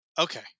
Okay